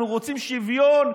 אנחנו רוצים שוויון,